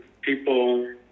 people